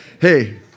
Hey